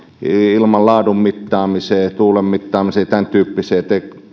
ilmanlaadun mittaamisessa tuulen mittaamisessa ja tämäntyyppisissä